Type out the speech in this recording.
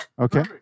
Okay